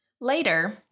Later